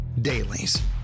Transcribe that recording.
Dailies